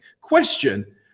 Question